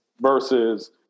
versus